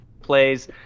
plays